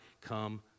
come